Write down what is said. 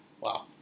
wow